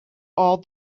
all